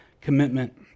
commitment